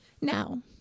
Now